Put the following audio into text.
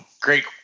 great